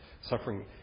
suffering